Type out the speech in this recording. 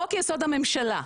חוק יסוד הממשלה,